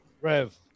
Rev